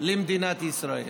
למדינת ישראל.